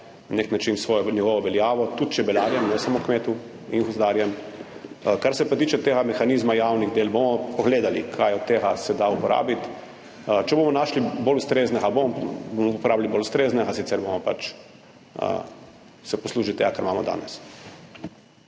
nek način njegovo veljavo, tudi čebelarjem, ne samo kmetom in gozdarjem. Kar se pa tiče tega mehanizma javnih del – bomo pogledali, kaj od tega se da uporabiti. Če bomo našli bolj ustreznega, bomo uporabili bolj ustreznega, sicer se bomo pač poslužili tega, kar imamo danes.